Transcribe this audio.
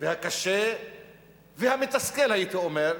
והקשה והמתסכל, הייתי אומר,